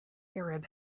arab